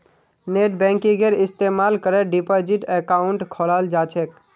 नेटबैंकिंगेर इस्तमाल करे डिपाजिट अकाउंट खोलाल जा छेक